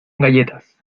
galletas